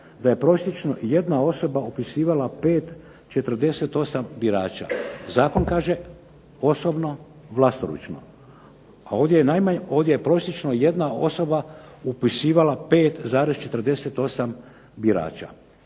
da je prosječno jedna osoba upisivala 48 birača. Zakon kaže, osobno vlastoručno, a ovdje je prosječno jedna osoba upisivala 5,48 birača.